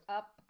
up